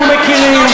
אנחנו מכירים,